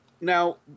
Now